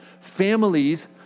Families